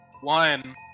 one